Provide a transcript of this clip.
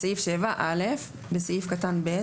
בסעיף 7 - בסעיף קטן (ב),